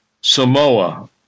Samoa